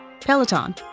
Peloton